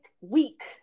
week